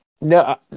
No